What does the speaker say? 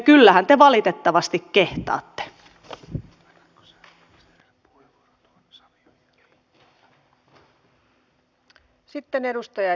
kyllähän te valitettavasti kehtaatte